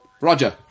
Roger